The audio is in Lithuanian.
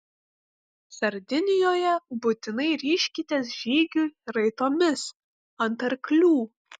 sardinijoje būtinai ryžkitės žygiui raitomis ant arklių